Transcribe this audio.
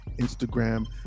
Instagram